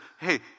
hey